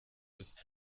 ist